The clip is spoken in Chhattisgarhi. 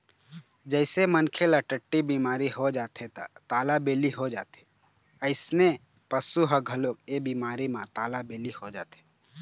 जइसे मनखे ल टट्टी बिमारी हो जाथे त तालाबेली हो जाथे अइसने पशु ह घलोक ए बिमारी म तालाबेली हो जाथे